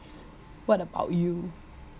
what about you